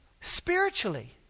spiritually